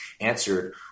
answered